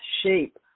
shape